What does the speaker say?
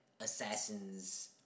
assassin's